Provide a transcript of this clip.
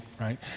right